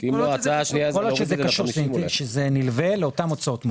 כל עוד שזה קשור שזה נלווה לאותן הוצאות מו"פ.